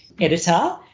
editor